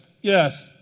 Yes